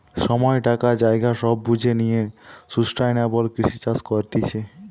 সময়, টাকা, জায়গা সব বুঝে লিয়ে সুস্টাইনাবল কৃষি চাষ করতিছে